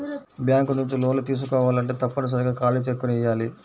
bank నుంచి లోన్లు తీసుకోవాలంటే తప్పనిసరిగా ఖాళీ చెక్కుని ఇయ్యాలి